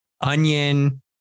onion